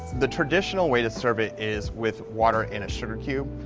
the traditional way to serve it is with water and a sugar cube.